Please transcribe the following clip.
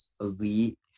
elite